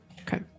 Okay